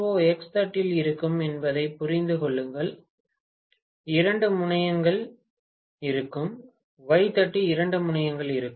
ஓ X தட்டில் இருக்கும் என்பதை புரிந்து கொள்ளுங்கள் இரண்டு முனையங்கள் இருக்கும் ஒய் தட்டு இரண்டு முனையங்கள் இருக்கும்